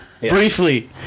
Briefly